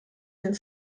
den